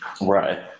Right